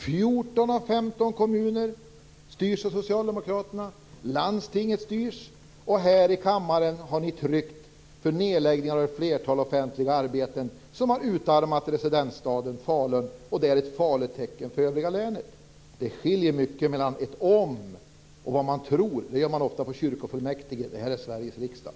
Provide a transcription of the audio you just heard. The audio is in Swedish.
14 av 15 kommuner styrs av socialdemokraterna, och landstinget styrs av dem. Här i kammaren har ni röstat för nedläggning av flertalet offentliga arbeten som har utarmat residensstaden Falun, och det är ett farligt tecken för det övriga länet. Det skiljer mycket mellan ett "om" och vad man tror. Det gör man ofta på kyrkofullmäktige. Men det här är Sverige riksdag.